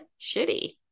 shitty